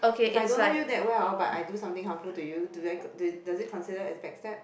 if I don't know you that well hor but I do something harmful to you do that does it consider as backstab